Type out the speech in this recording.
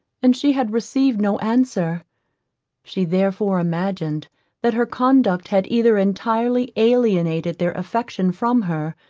and she had received no answer she therefore imagined that her conduct had either entirely alienated their affection from her,